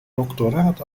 doctoraat